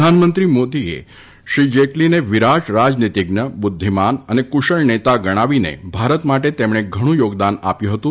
પ્રધાનમંત્રી મોદીએ વિરાટ રાજનીતીજ્ઞ બુદ્ધિમાન અને કુશળ નેતા ગણાવીને ભારત માટે તેમણે ઘણું થોગદાન આપ્યું હતું